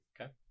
Okay